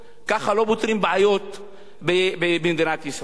ככה לא פותרים בעיות במדינת ישראל.